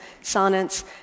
sonnets